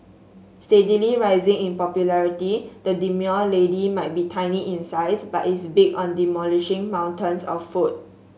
steadily rising in popularity the demure lady might be tiny in size but is big on demolishing mountains of food